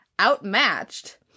outmatched